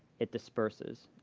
it disperses.